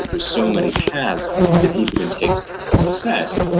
there's so many paths that people can take to find success,